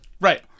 Right